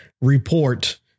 report